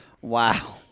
Wow